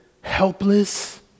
helpless